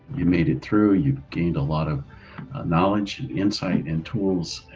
you've made it through. you've gained a lot of knowledge, insights, and tools.